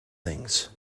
things